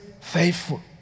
faithful